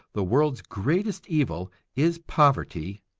the world's greatest evil is poverty,